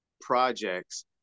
projects